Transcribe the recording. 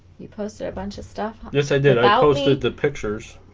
you posted a bunch of stuff yes i did i posted the pictures